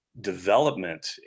development